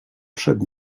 przed